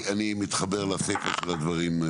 אני מתחבר לסיפא של הדברים.